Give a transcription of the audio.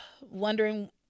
wondering